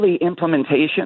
implementation